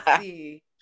see